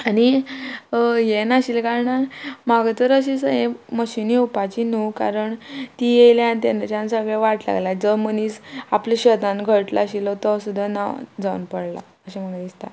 आनी हें नाशिल्लें कारणान म्हाका तर अशें स हे मशिन येवपाचीं न्हू कारण ती येयल्या तेन्नाच्यान सगळें वाट लागल्या जो मनीस आपल्या शेतान घोयटलो आशिल्लो तो सुद्दां ना जावन पडला अशें म्हाका दिसता